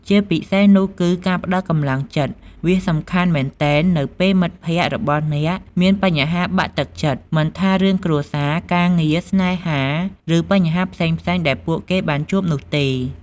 ជាពិសេសនោះគឺ ការផ្ដល់កម្លាំងចិត្ត វាសំខាន់មែនទែននៅពេលមិត្តភក្ដិរបស់អ្នកមានបញ្ហាបាក់ទឹកចិត្ត មិនថារឿងគ្រួសារ ការងារ ស្នេហា ឬបញ្ហាផ្សេងៗដែរពួកគេបានជួបនោះទេ។